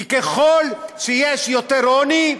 כי ככל שיש יותר עוני,